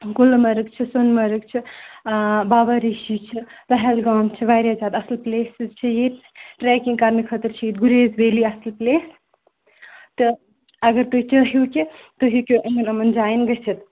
گُلمَرَگ چھِ سۄنمَرگ چھِ بابا ریٖشی چھِ پہلگام چھِ واریاہ زیادٕ اصٕل پلیسِز چھِ ییٚتہِ ٹریکِنٛگ کَرنہٕ خٲطرٕ چھِ ییٚتہِ گُریزویلی اصٕل پلیس تہٕ اگرتُہۍ چٲہیٚوکہِ تُہی ہیٚکِویِمن یِمن جایَن گٔژِھتھ